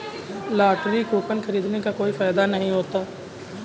lottery coupon खरीदने का कोई फायदा नहीं होता है